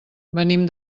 venim